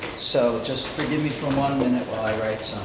so, just forgive me for one minute while i write